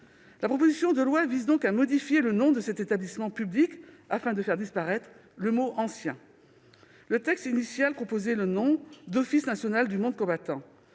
La proposition de loi vise donc à modifier le nom de cet établissement public, afin de faire disparaître le mot « ancien ». Dans le texte initial figurait le nom « Office national du monde combattant